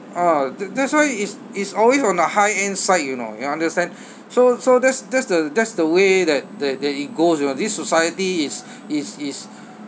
ah that's why it's it's always on the high end side you know you understand so so that's that's the that's the way that that that it goes you know this society is is is